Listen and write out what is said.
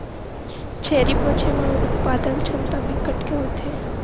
छेरी पोछे म उत्पादन छमता बिकट के होथे